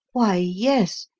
why, yes,